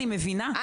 אני מבינה,